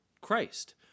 Christ